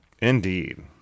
Indeed